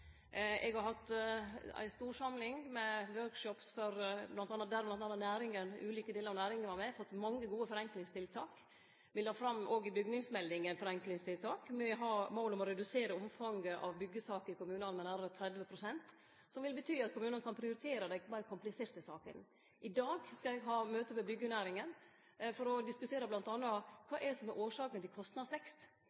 Eg har hatt ei stor samling med workshops, der bl.a. ulike delar av næringa var med – og fått inn mange gode innspel om forenklingstiltak. Me la også fram forenklingstiltak i byggjemeldinga. Me har mål om å redusere omfanget av byggjesaker i kommunane med nærare 30 pst., som vil bety at kommunane kan prioritere dei meir kompliserte sakene. I dag skal eg ha møte med byggjenæringa for